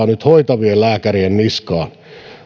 nyt kaataa hoitavien lääkärien niskaan